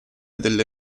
delle